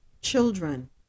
children